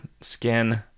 skin